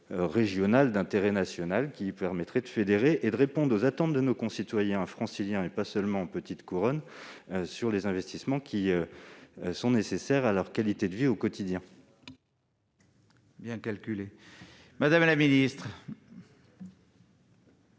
régional d'intérêt national permettant de fédérer et de répondre aux attentes de nos concitoyens franciliens, et pas seulement en petite couronne, en matière d'investissements nécessaires à leur qualité de vie au quotidien ? La parole est à Mme la ministre.